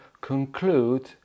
conclude